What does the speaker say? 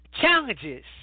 challenges